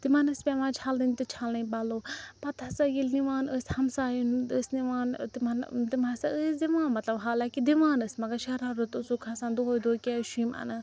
تِمَن ٲسۍ پیٚوان چھَلٕنۍ تہٕ چھَلٕنۍ پَلوٚو پَتہٕ ہَسا ییٚلہِ نِوان ٲسۍ ہمسایَن ہنٛد ٲسۍ نِوان ٲں تِمَن تِم ہَسا ٲسۍ دِوان مطلب حالانٛکہِ دِوان ٲسۍ مگر شَرارت اوسُکھ کھَسان دۄہَے دۄہَے کیٛازِ چھِ یِم اَنان